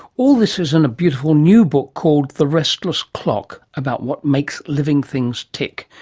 all this is in a beautiful new book called the restless clock, about what makes living things tick.